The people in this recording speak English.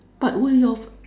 but will your